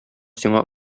сиңа